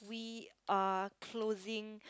we are closing